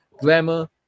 Glamour